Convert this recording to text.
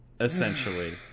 essentially